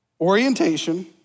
Orientation